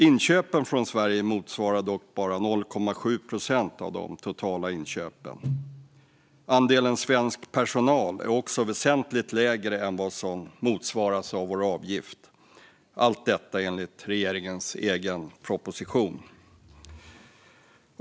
Inköpen från Sverige motsvarar dock bara 0,7 procent av de totala inköpen. Andelen svensk personal är också väsentligt lägre än vad som motsvaras av vår avgift. Allt detta enligt regeringens egen proposition.